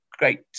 Great